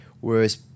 Whereas